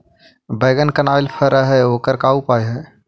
बैगन कनाइल फर है ओकर का उपाय है?